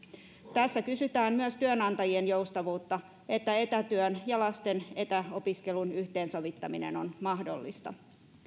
tässä kysytään myös työnantajien joustavuutta että etätyön ja lasten etäopiskelun yhteensovittaminen on mahdollista